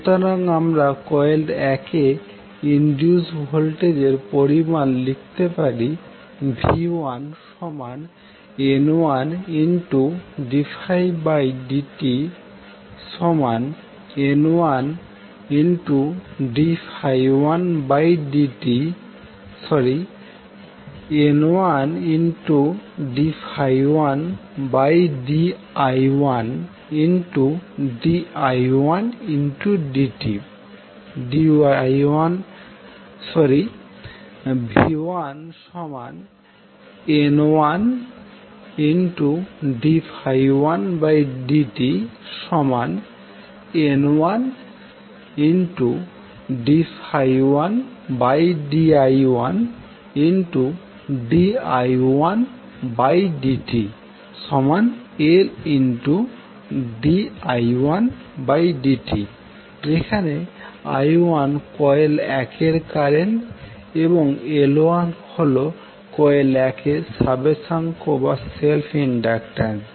সুতরাং আমরা কয়েল 1 এ ইনডিউসড ভোল্টেজ এর পরিমান লিখতে পারি v1N1d1dtN1d1di1di1dtL1di1dt যেখানে i1কয়েল 1 এর কারেন্ট এবং L1হল কয়েল 1 এর স্বাবেশাঙ্ক বা সেলফ ইন্ডাক্টান্স